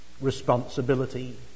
responsibility